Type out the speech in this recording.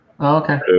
okay